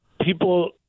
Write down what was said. people